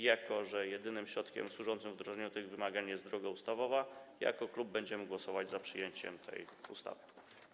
Jako że jedynym środkiem służącym wdrożeniu tych wymagań jest droga ustawowa, jako klub będziemy głosować za przyjęciem tej ustawy.